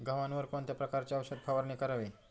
गव्हावर कोणत्या प्रकारची औषध फवारणी करावी?